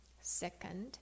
Second